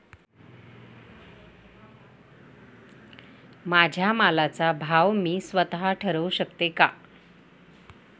माझ्या मालाचा भाव मी स्वत: ठरवू शकते का?